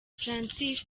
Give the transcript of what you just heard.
francis